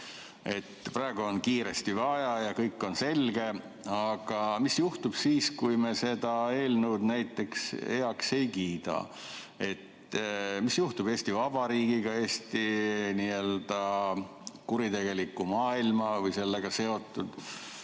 Praegu on seda kiiresti vaja ja kõik on selge. Aga mis juhtub siis, kui me seda eelnõu näiteks heaks ei kiida? Mis juhtub Eesti Vabariigiga, Eesti n‑ö kuritegeliku maailma või sellega seotuga,